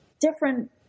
different